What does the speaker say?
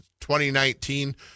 2019